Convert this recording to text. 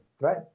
right